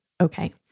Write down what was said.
Okay